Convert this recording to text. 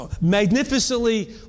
magnificently